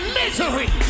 misery